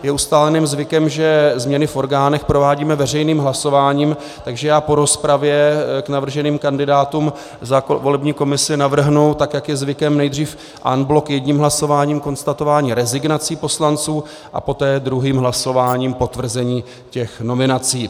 Je ustáleným zvykem, že změny v orgánech provádíme veřejným hlasováním, takže já po rozpravě k navrženým kandidátům za volební komisi navrhnu, tak jak je zvykem, nejdřív en bloc jedním hlasováním konstatování rezignací poslanců a poté druhým hlasováním potvrzení těch nominací.